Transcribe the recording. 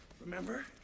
Remember